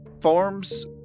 Forms